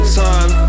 time